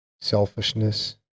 selfishness